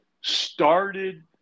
started